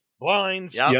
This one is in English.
Blinds